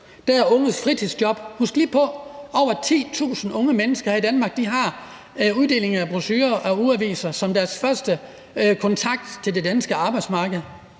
og de unges fritidsjob. Husk lige på, at over 10.000 unge mennesker her i Danmark har uddeling af brochurer og ugeaviser som deres første kontakt til det danske arbejdsmarked,